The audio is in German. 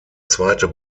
zweite